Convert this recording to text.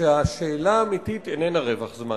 אני רוצה לומר שהשאלה האמיתית איננה רווח זמן.